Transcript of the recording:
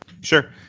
Sure